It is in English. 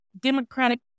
Democratic